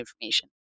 information